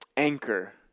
anchor